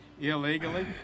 illegally